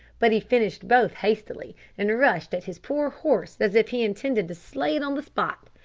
but he finished both hastily, and rushed at his poor horse as if he intended to slay it on the spot.